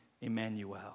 Emmanuel